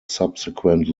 subsequent